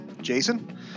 Jason